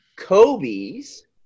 Kobe's